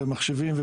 מחשבים,